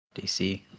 DC